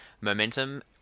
momentum